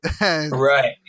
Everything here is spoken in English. right